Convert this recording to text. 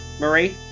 Marie